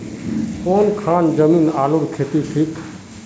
कौन खान जमीन आलूर केते ठिक?